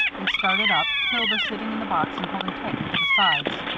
they started up, hilda sitting in the box and holding tightly to the sides,